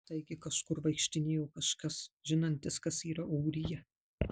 taigi kažkur vaikštinėjo kažkas žinantis kas yra ūrija